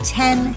ten